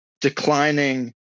declining